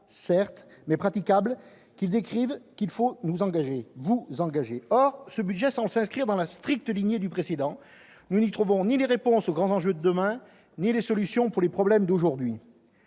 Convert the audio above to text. certes, mais praticable que ces organismes décrivent, qu'il faut vous engager. Or ce budget semble s'inscrire dans la stricte lignée du précédent : nous n'y trouvons ni les réponses aux grands enjeux de demain ni les solutions aux problèmes d'aujourd'hui.